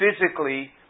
physically